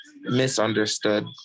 misunderstood